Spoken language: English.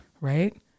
right